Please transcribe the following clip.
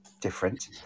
different